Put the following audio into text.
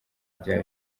rya